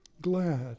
glad